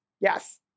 Yes